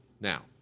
now